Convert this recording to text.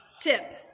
Tip